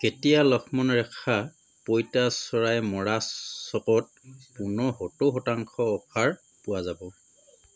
কেতিয়া লক্ষ্মণ ৰেখা পঁইতাচৰাই মৰা চ'কত পুনৰ সত্তৰ শতাংশ অফাৰ পোৱা যাব